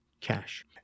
cash